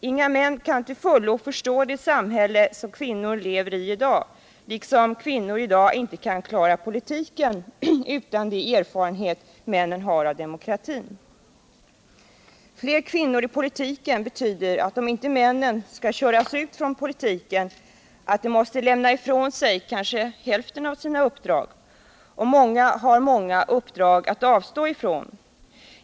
Inga män kan till fullo förstå det samhälle som kvinnor lever i i dag, liksom kvinnor i dag inte kan klara politiken utan de erfarenheter som männen har av demokratin. Fler kvinnor i politiken betyder — om inte männen skall köras ut från politiken — att dessa måste lämna ifrån sig kanske hälften av sina uppdrag. Och många män har många uppdrag att avstå ifrån.